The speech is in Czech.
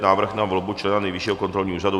Návrh na volbu člena Nejvyššího kontrolního úřadu